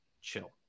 chill